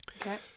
okay